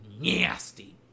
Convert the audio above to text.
Nasty